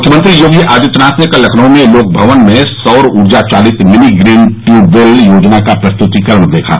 मुख्यमंत्री योगी आदित्यनाथ ने कल लखनऊ में लोक भवन में सौर ऊर्जा चालित मिनी ग्रीन ट्यूबवेल योजना का प्रस्तृतीकरण देखा